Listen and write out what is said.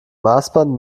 maßband